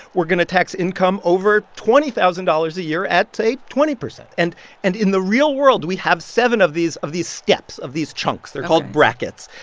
we're going to tax income over twenty thousand dollars a year at, say, twenty percent. and and in the real world, we have seven of these of these steps of these chunks ok they're called brackets.